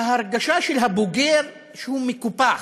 וההרגשה של הבוגר היא שהוא מקופח,